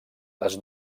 les